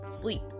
sleep